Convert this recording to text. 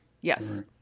yes